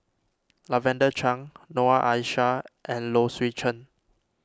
Lavender Chang Noor Aishah and Low Swee Chen